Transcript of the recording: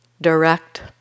direct